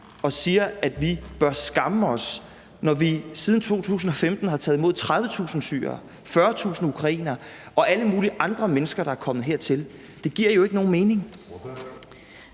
og siger, at vi bør skamme os, når vi siden 2015 har taget imod 30.000 syrere, 40.000 ukrainere og alle mulige andre mennesker, der er kommet hertil? Det giver jo ikke nogen mening.